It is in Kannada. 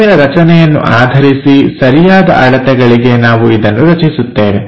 ವಸ್ತುವಿನ ರಚನೆಯನ್ನು ಆಧರಿಸಿ ಸರಿಯಾದ ಅಳತೆಗಳಿಗೆ ನಾವು ಇದನ್ನು ರಚಿಸುತ್ತೇವೆ